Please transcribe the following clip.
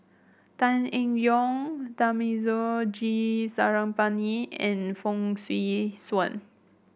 Tan Eng Yoon Thamizhavel G Sarangapani and Fong Swee Suan